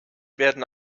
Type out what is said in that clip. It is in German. werden